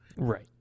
right